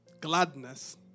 gladness